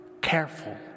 careful